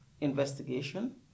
investigation